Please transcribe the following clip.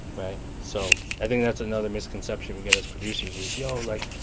right? so i think that's another misconception we get as producers is, yo, like,